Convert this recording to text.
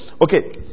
Okay